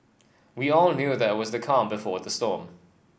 we all knew that it was the calm before the storm